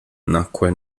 nacque